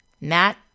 Matt